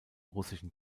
russischen